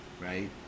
right